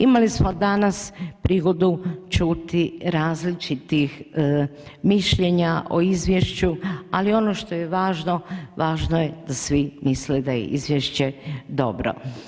Imali smo danas prigodu čuti različitih mišljenja o izvješću, ali ono što je važno, važno je da svi misle da je izvješće dobro.